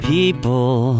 People